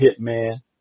Hitman